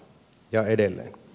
ja edelleen